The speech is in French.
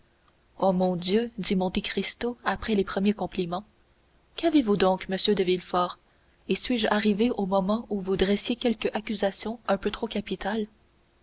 oh mon dieu dit monte cristo après les premiers compliments qu'avez-vous donc monsieur de villefort et suis-je arrivé au moment où vous dressiez quelque accusation un peu trop capitale